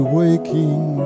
waking